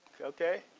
Okay